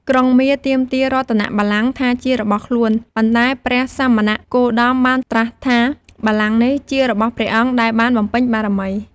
ក្រុងមារទាមទាររតនបល្ល័ង្គថាជារបស់ខ្លួន ប៉ុន្តែព្រះសមណគោតមបានត្រាស់ថា បល្ល័ង្គនេះជារបស់ព្រះអង្គដែលបានបំពេញបារមី។